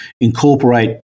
incorporate